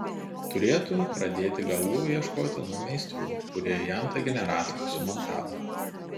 turėtų pradėti galų ieškoti nuo meistrų kurie jam tą generatorių sumontavo